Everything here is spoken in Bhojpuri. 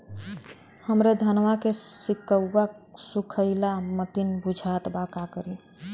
हमरे धनवा के सीक्कउआ सुखइला मतीन बुझात बा का करीं?